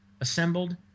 assembled